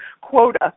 quota